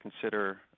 consider